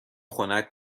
خنک